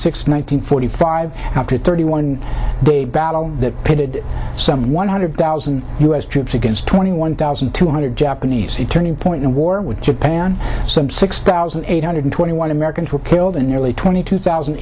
hundred five after thirty one day battle that pitted some one hundred thousand u s troops against twenty one thousand two hundred japanese he turning point in a war with japan some six thousand eight hundred twenty one americans were killed and nearly twenty two thousand